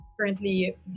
currently